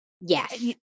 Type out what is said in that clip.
yes